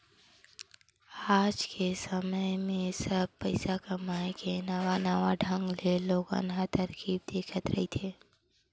आज के समे म सब पइसा कमाए के नवा नवा ढंग ले लोगन ह तरकीब देखत रहिथे